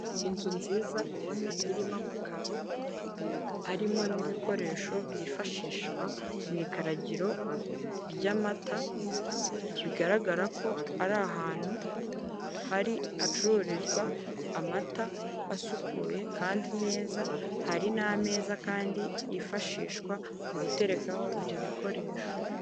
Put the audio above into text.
Inzu nziza ubona irimo amakaro harimo n'ibikoresho byifashishwa mu ikaragiro ry'amata bigaragara ko ari ahantu hacururizwa amata asukuye kandi neza hari n'ameza kandi yifashishwa mu guterekaho ibyo bikoresho